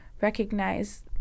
recognize